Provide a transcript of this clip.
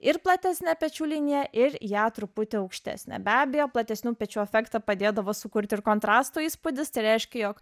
ir platesnę pečių liniją ir ją truputį aukštesnę be abejo platesnių pečių efektą padėdavo sukurt ir kontrasto įspūdis tai reiškia jog